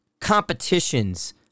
competitions